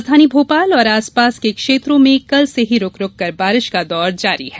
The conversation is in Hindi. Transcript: राजधानी भोपाल और आसपास के क्षेत्रों में कल से ही रुक रुककर बारिश का दौर जारी है